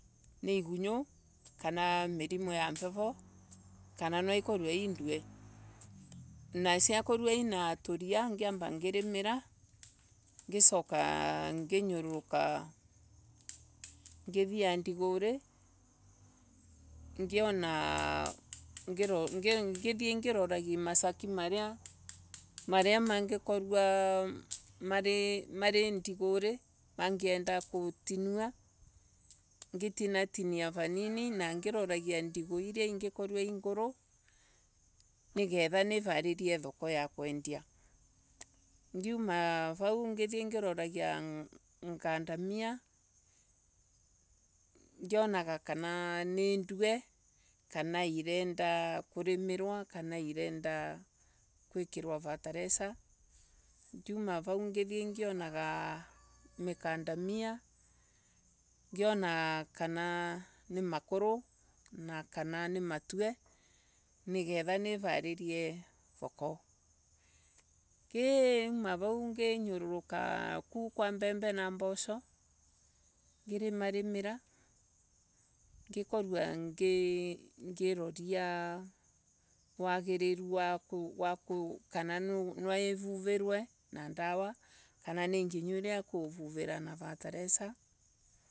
Ni igunyu. kana mirimu ya mbevo. kana nwa ikorwe indue. na turia ngiomba ngirimira ngisoka maria mangikorwa ngithii ya ndiguri. ngithii ngiroragia masaki maria mangikorwa mari ndiguri. Mangienda gutinua naitinatinia vanini. ngiroragia ndigo iria ingikorwa inguru nigetha nivaririe thoko ya kuendoa. Ngiuma vau ngithie ngiroragia ngundamia. Ngionaya kana nindue. kana irendwa kurimirwa kana irenda gwikirwa nateresa. riiu kuma vau nginyoruruka kwa mbembe na mboso ngirimira ngikorwa ngiroria wagiriru waku kana nwa kuvuvirie na dawa kana igungu ya kuvuvira na fertilizer